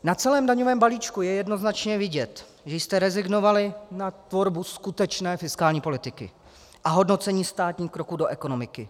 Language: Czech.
Na celém daňovém balíčku je jednoznačně vidět, že jste rezignovali na tvorbu skutečné fiskální politiky a hodnocení státních kroků do ekonomiky.